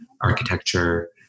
architecture